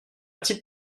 titre